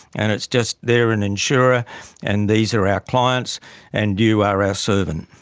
and it's just they're an insurer and these are our clients and you are our servant.